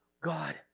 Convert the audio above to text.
God